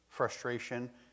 frustration